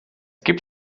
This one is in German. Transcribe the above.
gibt